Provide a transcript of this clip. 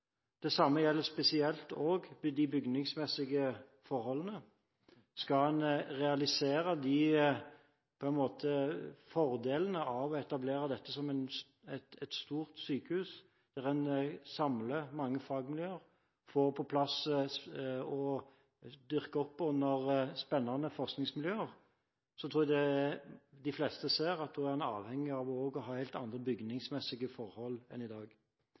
Det samme gjelder spesielt også for de bygningsmessige forholdene. Skal man realisere fordelene av å etablere dette som et stort sykehus, der en samler mange fagmiljøer og får på plass og dyrker opp under spennende forskningsmiljøer, tror jeg de fleste ser at man da også er avhengige av å ha helt andre bygningsmessige forhold enn i dag.